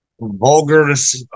vulgarness